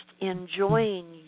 enjoying